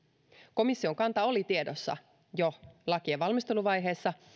komission kanta oli tiedossa jo lakien valmisteluvaiheessa